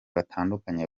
batandukanye